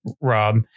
Rob